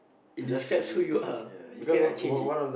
it describes who you are you cannot change it